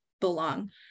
belong